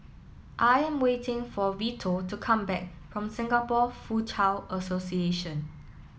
I am waiting for Vito to come back from Singapore Foochow Association